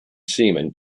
seamen